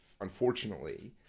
unfortunately